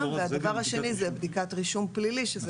והדבר השני, זה בדיקת רישום פלילי, גם